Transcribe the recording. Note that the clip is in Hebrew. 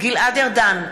גלעד ארדן,